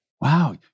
wow